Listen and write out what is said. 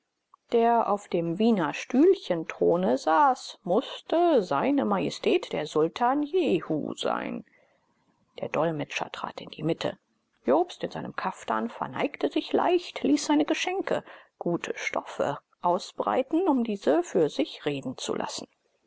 der auf dem wienerstühlchenthrone saß mußte seine majestät der sultan jehu sein der dolmetscher trat in die mitte jobst in seinem kaftan verneigte sich leicht ließ seine geschenke gute stoffe ausbreiten um diese für sich reden zu lassen